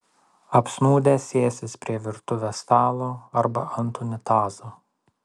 apsnūdę sėsis prie virtuvės stalo arba ant unitazo